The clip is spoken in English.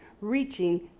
reaching